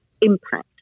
impact